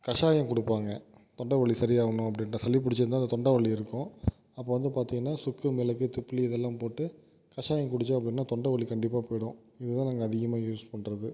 கசாயம் கொடுப்பாங்க தொண்டை வலி சரியாகணும் அப்படினா சளி பிடிச்சிருந்தா அந்த தொண்டை வலி இருக்கும் அப்போ வந்து பார்த்திங்கனா சுக்கு மிளகு திப்பிலி இது எல்லாம் போட்டு கசாயம் குடிச்சோம் அப்படினால் தொண்ட வலி கண்டிப்பாக போயிடும் இது தான் நாங்கள் அதிகமாக யூஸ் பண்ணுறது